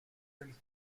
del